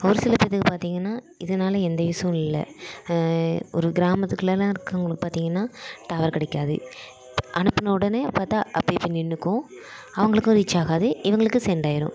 ஒரு சில பேருத்துக்குப் பார்த்திங்கனா இதனால எந்த யூசும் இல்லை ஒரு கிராமத்துக்குள்ளேலாம் இருக்கவர்களுக்கு பார்த்திங்கனா டவர் கிடைக்காது அனுப்பின உடனே பார்த்தா அப்படியே போய் நின்றுக்கும் அவங்களுக்கும் ரீச் ஆகாது இவங்களுக்கு சென்ட் ஆகிரும்